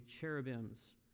cherubim's